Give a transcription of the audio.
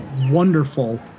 wonderful